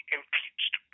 impeached